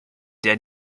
der